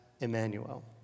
Emmanuel